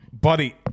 buddy